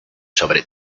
sobre